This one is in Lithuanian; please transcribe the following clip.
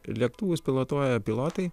lėktuvus pilotuoja pilotai